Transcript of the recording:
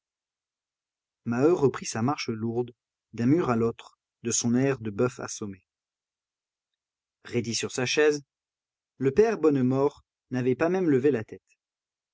maheu reprit sa marche lourde d'un mur à l'autre de son air de boeuf assommé raidi sur sa chaise le père bonnemort n'avait pas même levé la tête